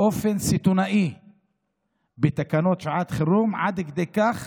באופן סיטונאי בתקנות שעת חירום עד כדי כך